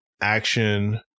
action